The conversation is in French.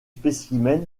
spécimens